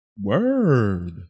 Word